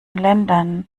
ländern